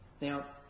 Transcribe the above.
now